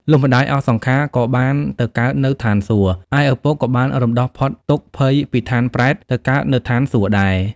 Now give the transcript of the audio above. លុះម្តាយអស់សង្ខារក៏បានទៅកើតនៅឋានសួគ៌ ឯឪពុកក៏បានរំដោះផុត ទុក្ខភ័យពីឋានប្រេត ទៅកើតនៅឋានសួគ៌ដែរ ។